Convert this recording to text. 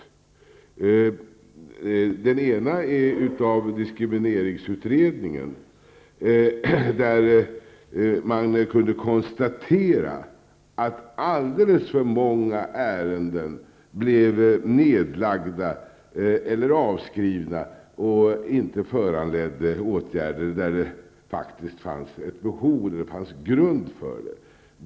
Vi har för det första diskrimineringsutredningen, där man kunde konstatera att alldeles för många ärenden blev nedlagda eller avskrivna, när det faktiskt fanns grund för att vidta åtgärder.